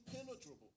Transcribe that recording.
impenetrable